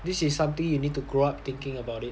this is something you need to grow up thinking about it